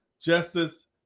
Justice